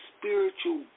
spiritual